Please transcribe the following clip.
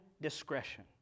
discretion